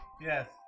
Yes